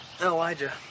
Elijah